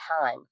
time